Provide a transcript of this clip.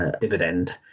dividend